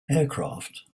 aircraft